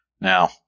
Now